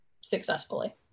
successfully